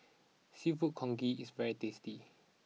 Seafood Congee is very tasty